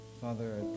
Father